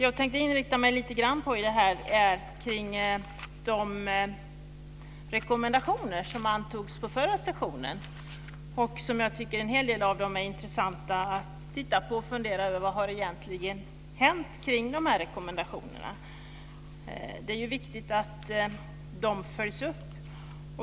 Jag tänkte inrikta mig lite grann på de rekommendationer som antogs på förra sessionen. En hel del av dem är intressanta att titta på. Man kan fundera över vad som egentligen har hänt kring dem. Det är ju viktigt att rekommendationerna följs upp.